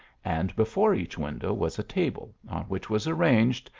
and before each window was a table, on which was arranged,